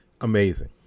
amazing